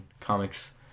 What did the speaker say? comics